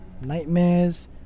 nightmares